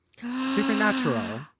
supernatural